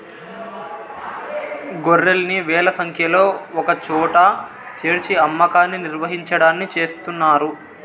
గొర్రెల్ని వేల సంఖ్యలో ఒకచోట చేర్చి అమ్మకాన్ని నిర్వహించడాన్ని చేస్తున్నారు